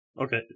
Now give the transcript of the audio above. Okay